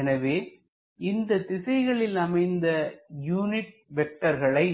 எனவே இந்த திசைகளில் அமைந்த யூனிட் வெக்டர்களை